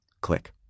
Click